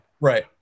right